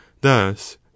Thus